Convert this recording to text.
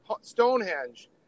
Stonehenge